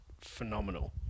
phenomenal